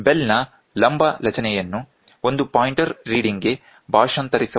bell ನ ಲಂಬಚಲನೆಯನ್ನು ಒಂದು ಪಾಯಿಂಟರ್ ರೀಡಿಂಗ್ಗೆ ಭಾಷಾಂತರಿಸಬಹುದು